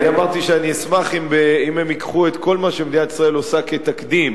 אני אמרתי שאני אשמח אם הם ייקחו את כל מה שמדינת ישראל עושה כתקדים,